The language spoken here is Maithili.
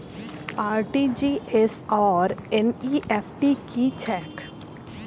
आर.टी.जी.एस आओर एन.ई.एफ.टी की छैक?